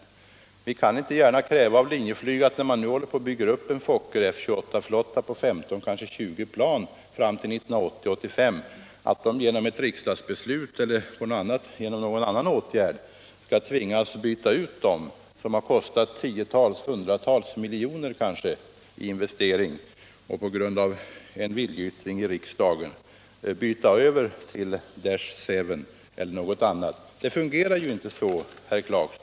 Vi kan inte gärna kräva att Linjeflyg, som. nu håller på att bygga upp en Fokker F 28-flotta på 15 eller kanske 20 plan fram till 1980-1985, genom ett riksdagsbeslut eller någon annan åtgärd skall tvingas byta ut dessa plan, som kostat tiotals eller kanske hundratals miljoner kronor i investeringar, mot Dash 7 eller något annat plan. Det fungerar inte så, herr Clarkson.